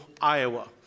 Iowa